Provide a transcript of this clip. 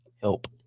help